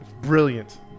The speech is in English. Brilliant